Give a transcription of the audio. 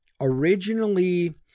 Originally